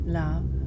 love